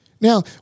Now